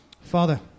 Father